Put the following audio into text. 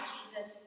Jesus